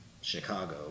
Chicago